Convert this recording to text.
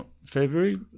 February